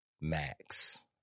Max